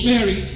Mary